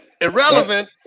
Irrelevant